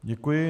Děkuji.